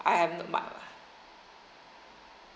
I have